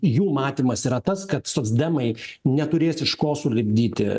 jų matymas yra tas kad socdemai neturės iš ko sulipdyti